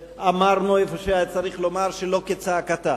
ואמרנו איפה שהיה צריך לומר שלא כצעקתה.